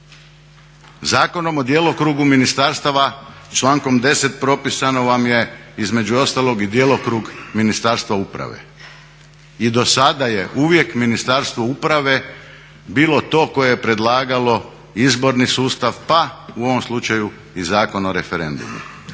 Zakonom o djelokrugu ministarstava člankom 10. propisano vam je između ostalog i djelokrug Ministarstva uprave. I do sada je uvijek Ministarstvo uprave bilo to koje je predlagalo izborni sustav, pa u ovom slučaju i Zakon o referendumu.